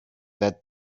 that